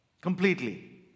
Completely